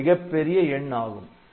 இது மிகப்பெரிய எண் ஆகும்